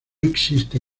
existe